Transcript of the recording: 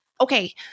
Okay